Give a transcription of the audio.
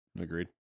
Agreed